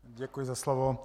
Děkuji za slovo.